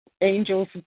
angels